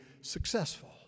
successful